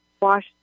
wash